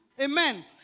Amen